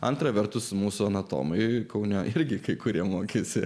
antra vertus mūsų anatomai kaune irgi kurie mokėsi